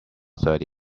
thirty